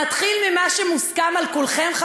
נתחיל עם מה שמוסכם על כולכם,